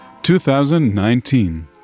2019